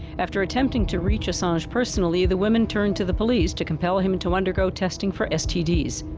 after attempting to reach assange personally, the women turned to the police to compel him and to undergo testing for stds.